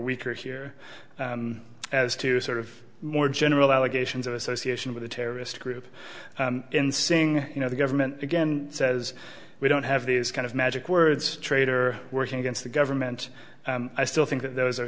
weaker here as to sort of more general allegations of association with a terrorist group in saying you know the government again says we don't have these kind of magic words traitor working against the government i still think that those are